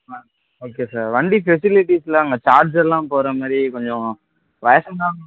ஆ okay sir வண்டி ஃபெசிலிட்டிஸ்யெலாம் அங்கே சார்ஜரெலாம் போடுற மாதிரி கொஞ்சம் வயதானவங்க